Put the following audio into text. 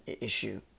issue